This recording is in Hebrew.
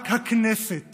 רק הכנסת